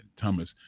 Thomas